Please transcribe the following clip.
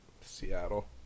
Seattle